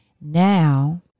Now